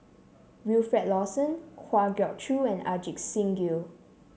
Wilfed Lawson Kwa Geok Choo and Ajit Singh Gill